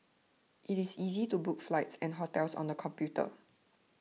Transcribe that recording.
it is easy to book flights and hotels on the computer